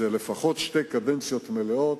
זה לפחות שתי קדנציות מלאות,